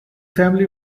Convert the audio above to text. family